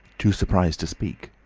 too surprised to speak.